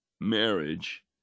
marriage